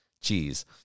cheese